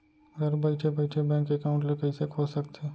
घर बइठे बइठे बैंक एकाउंट ल कइसे खोल सकथे?